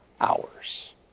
hours